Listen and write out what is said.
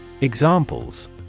Examples